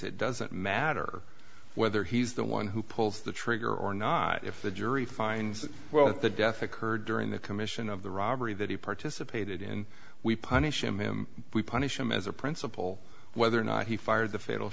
it doesn't matter whether he's the one who pulls the trigger or not if the jury finds that well if the death occurred during the commission of the robbery that he participated in we punish him we punish him as a principle whether or not he fired the fatal